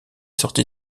sorti